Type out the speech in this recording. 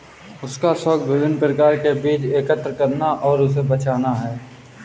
उसका शौक विभिन्न प्रकार के बीज एकत्र करना और उसे बचाना है